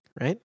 right